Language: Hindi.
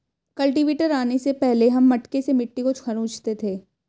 कल्टीवेटर आने से पहले हम मटके से मिट्टी को खुरंचते थे